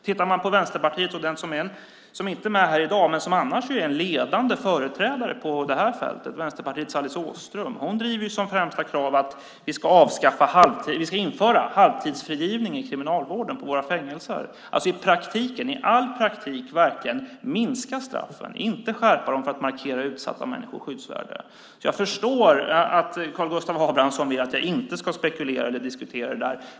Tittar man på Vänsterpartiet ser man att Alice Åström, som inte är här i dag, är en ledande företrädare på detta fält. Hon driver kravet att vi ska införa halvtidsfrigivning i kriminalvården, på våra fängelser, alltså i praktiken att minska straffen, inte skärpa dem för att markera utsatta människors skyddsvärde. Jag förstår därför att Karl Gustav Abramsson inte vill att jag ska spekulera i eller diskutera detta.